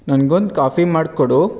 ನನ್ಗೆ ಒಂದು ಕಾಫಿ ಮಾಡಿ ಕೊಡು